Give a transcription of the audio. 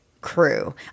crew